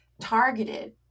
targeted